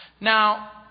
Now